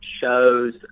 shows